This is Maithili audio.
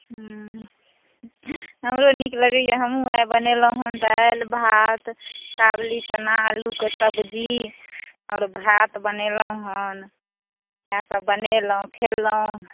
हँ हमरो नीक लगैए हँ हमहूँ आइ बनेलहुँ हेँ दालि भात काबुलीचना आलूके सब्जी आरो भात बनेलहुँ हन इएहसभ बनेलहुँ खेलहुँ